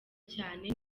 cyane